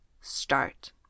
Start